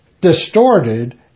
distorted